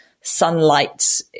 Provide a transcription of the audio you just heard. sunlight